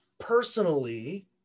personally